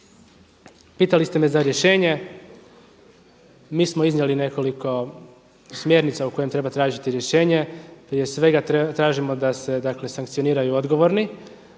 Pitali ste me za rješenje. Mi smo iznijeli nekoliko smjernica u kojima treba tražiti rješenje. Prije svega tražimo da se, dakle sankcioniraju odgovorni.